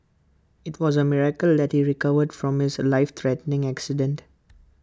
IT was A miracle that he recovered from his life threatening accident